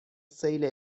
سیل